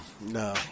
No